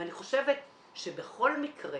ואני חושבת שבכל מקרה